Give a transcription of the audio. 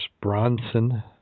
Bronson